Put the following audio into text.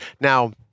Now